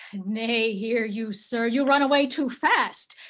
nay, hear you sir, you run away too fast.